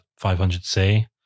500C